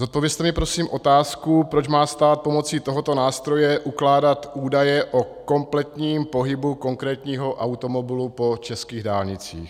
Odpovězte mi prosím otázku, proč má stát pomocí tohoto nástroje ukládat údaje o kompletním pohybu konkrétního automobilu po českých dálnicích.